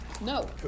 No